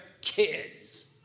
kids